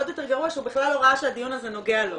עוד יותר גרוע שהוא בכלל לא ראה שהדיון הזה נוגע לו.